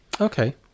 Okay